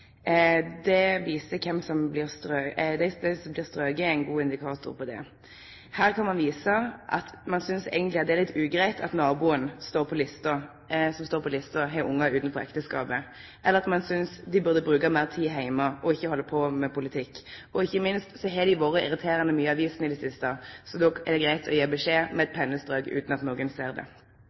som blir strokne, er ein god indikator på det. Her kan ein vise at ein eigentleg synest det er litt ugreitt at naboen som står på lista, har ungar utanfor ekteskapet, at ein synest dei burde bruke meir tid heime og ikkje halde på med politikk, og ikkje minst at dei har vore irriterande mykje i avisene i det siste – så då er det greitt å gje beskjed med eit pennestrøk utan at nokon ser det.